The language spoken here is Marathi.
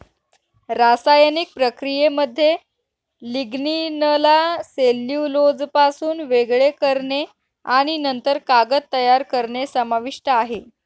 रासायनिक प्रक्रियेमध्ये लिग्निनला सेल्युलोजपासून वेगळे करणे आणि नंतर कागद तयार करणे समाविष्ट आहे